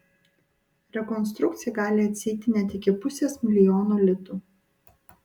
rekonstrukcija gali atsieit net iki pusės milijono litų